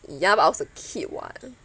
ya but I was a kid [what]